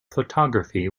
photography